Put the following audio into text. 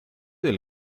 del